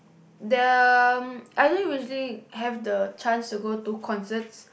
the I don't usually have the chance to go to concerts